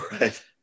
Right